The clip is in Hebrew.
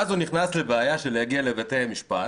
ואז הוא נכנס לבעיה של להגיע בתי המשפט.